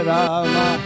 Rama